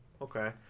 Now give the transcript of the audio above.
okay